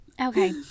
Okay